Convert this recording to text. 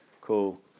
Cool